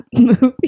movie